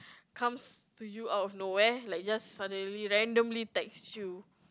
comes to you out of nowhere like just suddenly randomly text you